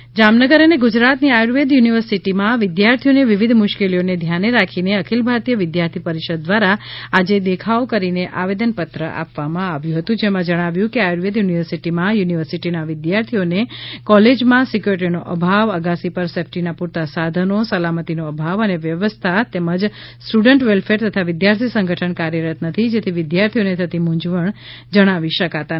જામનગર આવેદનપત્ર જામનગર અને ગુજરાતની આયુર્વેદ યુનિવર્સિટીમાં વિધ્યાર્થીઓને વિવિધ મુશ્કેલીઓને ધ્યાને રાખી અખિલ ભારતીય વિધ્યાર્થી પરિષદ દ્વારા આજે દેખાવ કરી આવેદન પત્ર આપવામાં આવ્યું હતું જેમાં જણાવ્યુ છે કે આયુર્વેદ યુનિવર્સિટીમાં યુનિવર્સિટીના વિધ્યાર્થીઓને માનસિક દબાવ કોલેજમાં સિક્યુરિટીનો અભાવ અગાસી પર સેફટી ના પૂરતા સાધનો અને સલામતીનો અભાવ અને અવ્યવસ્થા તેમજ સ્ટુડન્ટ વેલફેર તથા વિધ્યાર્થી સંગઠન કાર્યરત નથી જેથી વિધ્યાર્થીઓને થતી મુંજવણ જણાવી શકતા નથી